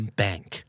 bank